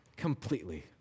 completely